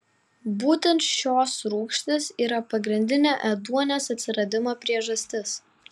būtent šios rūgštys yra pagrindinė ėduonies atsiradimo priežastis